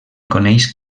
coneix